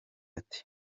ati